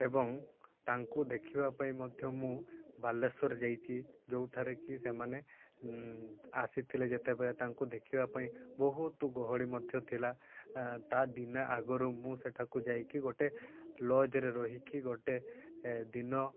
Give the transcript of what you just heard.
ଏବଂ ତାଙ୍କୁ ଦେଖିବା ପାଇଁ ମଧ୍ୟ ମୁଁ ବାଲେଶ୍ୱର ଯାଇଛି ଯେଉଁଠାରେ କି ସେମାନେ ଆସିଥିଲେ ଯେତେବେଳେ ତାଙ୍କୁ ଦେଖିବା ପାଇଁ ବହୁତ ଗହଳି ମଧ୍ୟ ଥିଲା ତା ଦିନେ ଆଗରୁ ମୁଁ ସେଠାକୁ ଯାଇକି ଗୋଟେ ଲଜ୍ରେ ରହିକି ଗୋଟେ ଦିନ